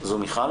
מיכל